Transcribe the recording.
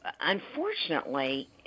unfortunately